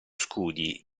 scudi